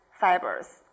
fibers